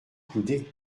coudées